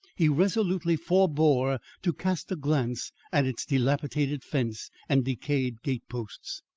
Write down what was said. he resolutely forbore to cast a glance at its dilapidated fence and decayed gate posts.